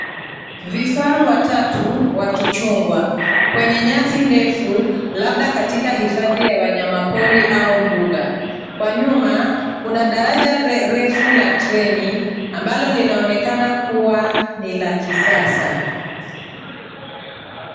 Vifaru watatu wakichungwa kwenye nyasi ndefu labda katika hifadhi ya wanyamapori au mbuga. Kwa nyuma kuna daraja refu la treni ambalo linaonekana kuwa ni la kisasa.